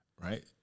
right